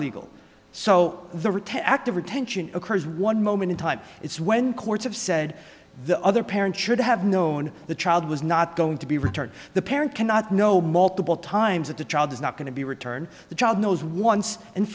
retail act of retention occurs one moment in time it's when courts have said the other parent should have known the child was not going to be returned the parent cannot know multiple times that the child is not going to be returned the child knows once and